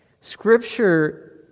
Scripture